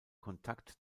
kontakt